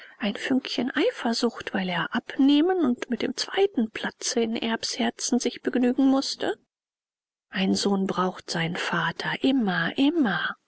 ein fünkchen eifersucht weil er abnehmen und mit dem zweiten platze in erbs herzen sich begnügen mußte ein sohn braucht seinen vater immer immer